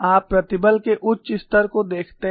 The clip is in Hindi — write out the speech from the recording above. आप प्रतिबल के उच्च स्तर को देखते हैं